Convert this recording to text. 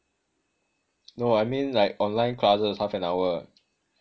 no I mean like online classes half an hour